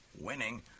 Winning